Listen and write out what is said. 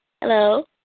Hello